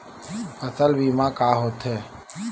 फसल बीमा का होथे?